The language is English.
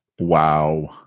Wow